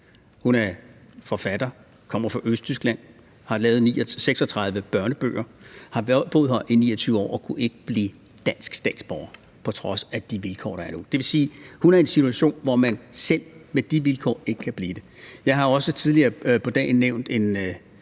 Hun er forfatter og kommer fra Østtyskland, har lavet 36 børnebøger, har boet her i 29 år og kunne ikke blive dansk statsborger på trods af de vilkår, der er nu. Det vil sige, at hun er i en situation hvor hun selv under de vilkår ikke kan blive det. Jeg har også tidligere i dag nævnt en